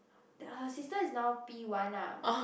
her sister is now P one ah